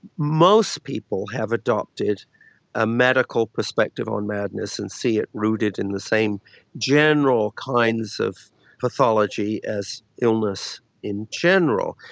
most people have adopted a medical perspective on madness and see it rooted in the same general kinds of pathology as illness in general,